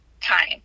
time